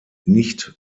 nicht